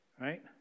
right